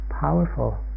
powerful